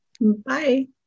Bye